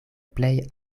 plej